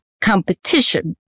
competition